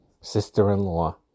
sister-in-law